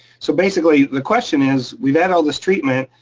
so basically the question is, we've had all this treatment,